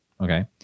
okay